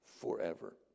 forever